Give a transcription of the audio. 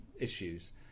issues